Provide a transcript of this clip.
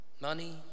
Money